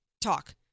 talk